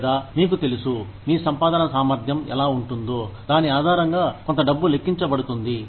లేదా మీకు తెలుసు మీ సంపాదన సామర్ధ్యం ఎలా ఉంటుందో దాని ఆధారంగా కొంత డబ్బు లెక్కించబడుతుంది